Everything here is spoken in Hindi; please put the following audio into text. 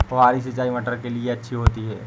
फुहारी सिंचाई मटर के लिए अच्छी होती है?